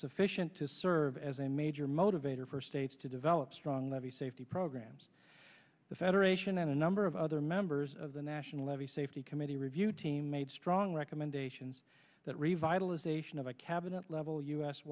sufficient to serve as a major motivator for states to develop strong levee safety programs the federation and a number of other members of the national levee safety committee review team made strong recommendations that revitalization of a cabinet level u